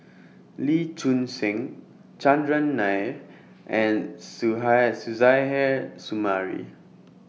Lee Choon Seng Chandran Nair and Suzairhe Sumari